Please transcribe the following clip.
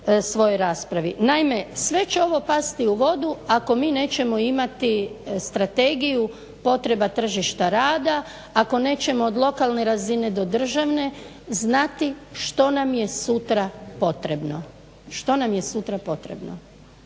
svojoj raspravi. Naime, sve će ovo pasti u vodu ako mi nećemo imati strategiju potreba tržišta rada, ako nećemo od lokalne razine do državne znati što nam je sutra potrebno, a ovaj dokument